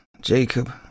Jacob